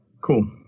Cool